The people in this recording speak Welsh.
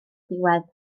diwedd